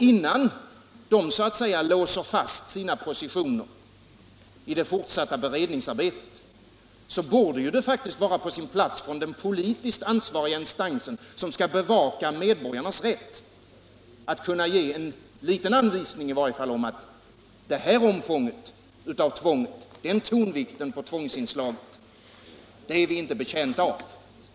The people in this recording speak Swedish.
Innan den så att säga låser fast sina positioner i det fortsatta beredningsarbetet borde det faktiskt vara på sin plats att den politiskt ansvariga instansen, som skall bevaka medborgarnas rätt, kunde ge en liten anvisning om att detta omfång av tvånget, denna tonvikt på tvångsinslaget, är vi inte betjänta av.